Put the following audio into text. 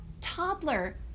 toddler